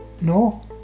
no